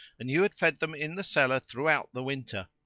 and you had fed them in the cellar throughout the winter.